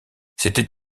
c’était